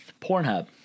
Pornhub